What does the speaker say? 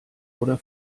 oder